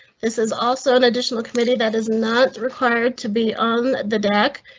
this is also an additional committee that is not required to be on the deck.